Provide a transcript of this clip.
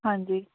ਹਾਂਜੀ